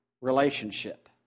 relationship